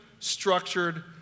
structured